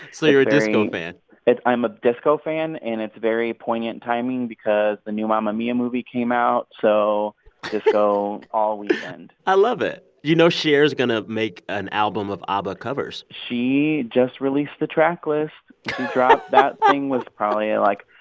so you're a disco fan i'm a disco fan, and it's very poignant timing because the new mamma mia movie came out so disco all weekend i love it. you know, cher is going to make an album of abba covers she just released the tracklist she dropped that thing was probably, like,